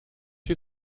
you